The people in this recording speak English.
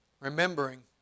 Remembering